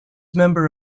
member